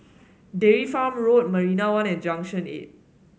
Dairy Farm Road Marina One and Junction Eight